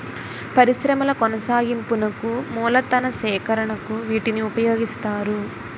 పరిశ్రమల కొనసాగింపునకు మూలతన సేకరణకు వీటిని ఉపయోగిస్తారు